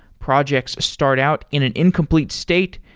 projects start out in an incomplete state,